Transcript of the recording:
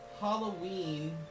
Halloween